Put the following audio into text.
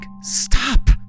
Stop